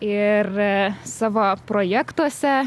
ir savo projektuose